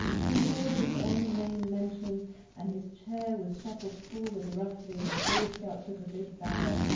he heard his own name mentioned and his chair was shuffled forward roughly, and the boy scout took a big bow.